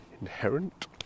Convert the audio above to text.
inherent